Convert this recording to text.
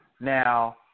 Now